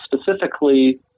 specifically